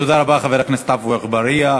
תודה רבה, חבר הכנסת עפו אגבאריה.